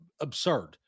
absurd